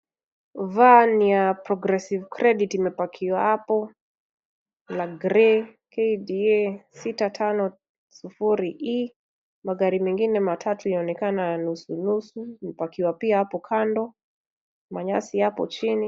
Van ya progressive credit imepakiwa hapo la grey KDA650E. Magari mengine yanaonekana nusunusu yamepakiwa hapo kando. Manyasi yapo chini.